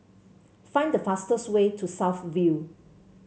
find the fastest way to South View